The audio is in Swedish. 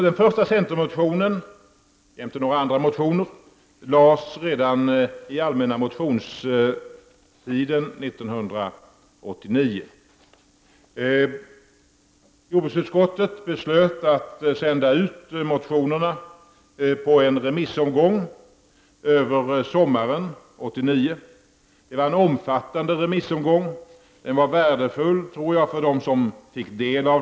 Den första centermotionen, jämte andra motioner, väcktes redan vid den allmänna motionstiden 1989. Jordbruksutskottet beslöt att sända ut motionerna på en remissomgång över sommaren 1989. Det var en omfattande remissomgång, och jag tror att den var värdefull för dem som fick delta.